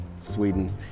Sweden